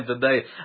today